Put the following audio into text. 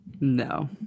No